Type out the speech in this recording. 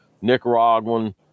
Nicaraguan